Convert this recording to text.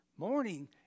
Morning